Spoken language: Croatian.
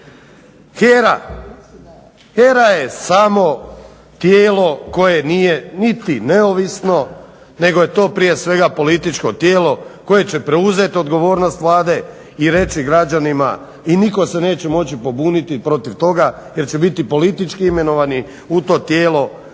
HERA je samo tijelo koje nije niti neovisno nego je to prije svega političko tijelo koje će preuzeti odgovornost Vlade i reći građanima, i nitko se neće moći pobuniti protiv toga jer će biti politički imenovani u to tijelo,